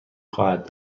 خواهد